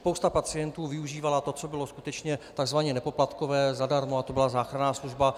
Spousta pacientů využívala to, co bylo skutečně tzv. nepoplatkové, zadarmo, a to byla záchranná služba.